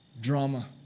drama